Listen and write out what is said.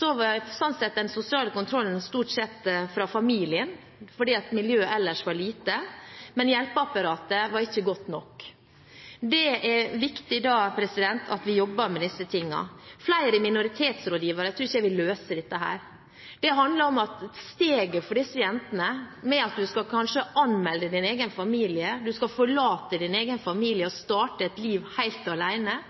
var den sosiale kontrollen stort sett fra familien, fordi miljøet ellers var lite, men hjelpeapparatet var ikke godt nok. Det er viktig at vi jobber med disse tingene. Flere minoritetsrådgivere tror ikke jeg vil løse dette. Det handler om at steget for disse jentene, at man kanskje skal anmelde sin egen familie, man skal forlate sin egen familie og starte et liv helt